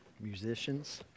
Musicians